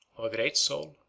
of a great soul,